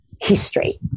history